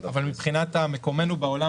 אבל מבחינת מקומנו בעולם,